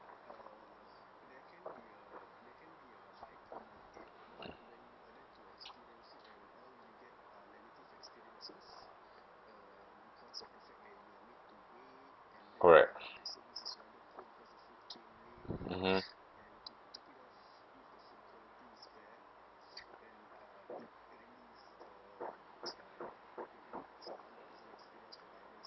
correct mmhmm